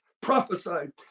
prophesied